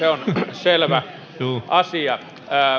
selvä asia